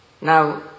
Now